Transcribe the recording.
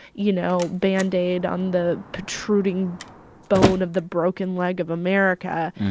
you know, band-aid on the protruding bone of the broken leg of america.